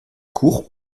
court